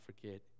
forget